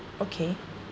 okay